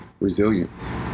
resilience